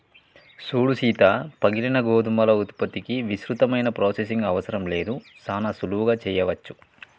సూడు సీత పగిలిన గోధుమల ఉత్పత్తికి విస్తృతమైన ప్రొసెసింగ్ అవసరం లేదు సానా సులువుగా సెయ్యవచ్చు